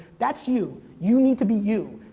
that's you. you need to be you,